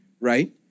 right